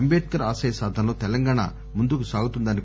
అంబేడ్కర్ ఆశయ సాధనలో తెలంగాణ ముందుకు సాగుతుందన్నారు